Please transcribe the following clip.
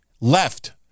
left